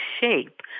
shape